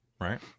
Right